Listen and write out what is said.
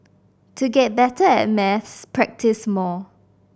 to get better at maths practise more